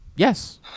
Yes